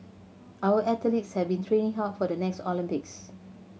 our athletes have been training hard for the next Olympics